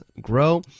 grow